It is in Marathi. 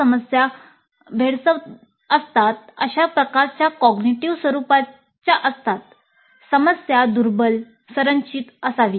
समस्या दुर्बल संरचित असावी